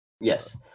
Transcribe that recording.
Yes